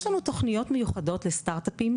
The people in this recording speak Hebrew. יש לנו תוכניות מיוחדות לסטרטאפים,